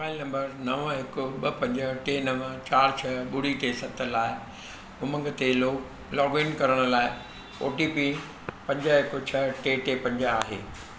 mobile number नव हिकु ॿ पंज टे नव चारि छह ॿुड़ी टे सत लाइ उमंग ते लोग लॉगइन करण लाइ ओ टी पी पंज हिकु छह टे टे पंज आहे